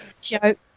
Joke